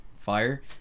fire